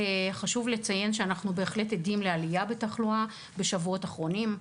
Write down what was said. חשוב לציין שאנחנו בהחלט עדים לעלייה בתחלואה בשבועות האחרונים,